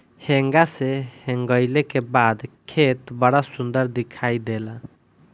हेंगा से हेंगईले के बाद खेत बड़ा सुंदर दिखाई देला